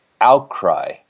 outcry